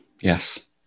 Yes